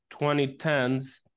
2010s